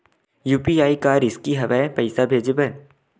UPI का रिसकी हंव ए पईसा भेजे बर?